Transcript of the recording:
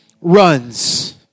runs